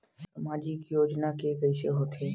सामाजिक योजना के कइसे होथे?